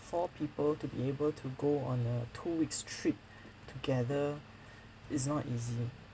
four people to be able to go on a two weeks' trip together is not easy